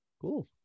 Cool